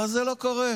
אבל זה לא קורה.